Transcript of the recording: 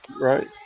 Right